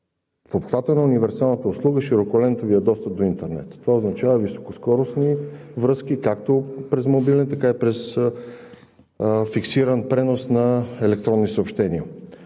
в обхвата на универсалната услуга широколентовият достъп до интернет. Това означава високоскоростни връзки както през мобилен, така и през фиксиран превоз на електронни съобщения.